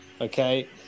okay